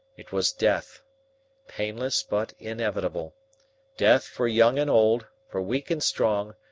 it was death painless but inevitable death for young and old, for weak and strong,